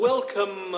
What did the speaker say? Welcome